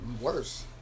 Worse